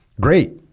great